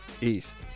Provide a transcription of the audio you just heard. East